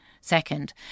Second